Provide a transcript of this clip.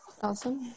Awesome